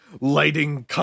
lighting